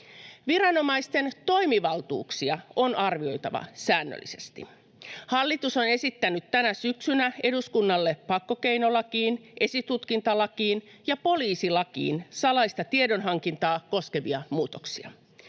Viranomaisten toimivaltuuksia on arvioitava säännöllisesti. Hallitus on esittänyt tänä syksynä eduskunnalle pakkokeinolakiin, esitutkintalakiin ja poliisilakiin salaista tiedonhankintaa koskevia muutoksia.